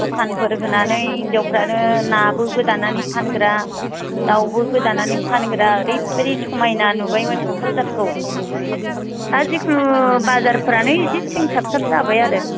द'खानफोर होनानै हिनजावफ्रानो नाबो गोदानानै फानग्रा दाउबो गोदानानै फानग्रा ओरैबायदि समायना नुबायमोन क'क्राझारखौ दा जिखुनु बाजारफ्रानो एसे सिंसाबसाब जाबाय आरो